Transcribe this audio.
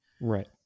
Right